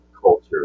culture